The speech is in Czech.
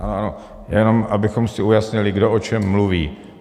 Ano, jenom abychom si ujasnili, kdo o čem mluví.